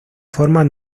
formas